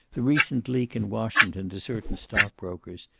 the recent leak in washington to certain stock-brokers,